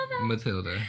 Matilda